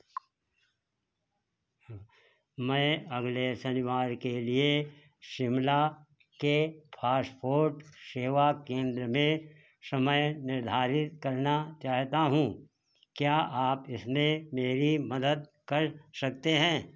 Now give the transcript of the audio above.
मैं अगले शनिवार के लिए शिमला के पाशपोर्ट सेवा केन्द्र में समय निर्धारित करना चाहता हूँ क्या आप इसमें मेरी मदद कर सकते हैं